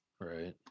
Right